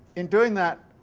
in doing that,